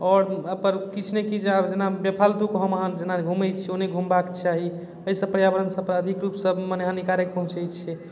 आओर अइपर किछु ने किछु आब जेना बेफालतूके हम अहाँ जेना घुमै छियै ओ नहि घुमबाक चाही अइसँ पर्यावरण सभपर अधिक रूपसँ मने हानिकारक पहुँचै छै